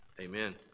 amen